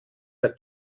der